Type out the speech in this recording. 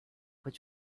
which